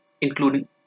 including